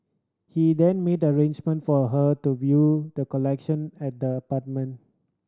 he then made arrangement for her to view the collection at the apartment